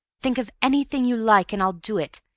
think of anything you like, and i'll do it!